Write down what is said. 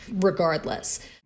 regardless